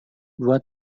dua